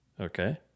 Okay